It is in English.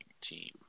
team